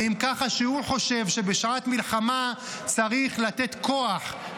ועם ככה שהוא חושב שבשעת מלחמה צריך לתת כוח,